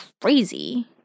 crazy